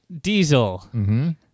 Diesel